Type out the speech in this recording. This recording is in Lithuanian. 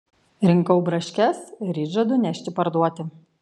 rinkau braškes ryt žadu nešti parduoti